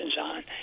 on